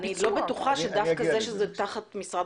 אני לא בטוחה שדווקא אם זה תחת משרד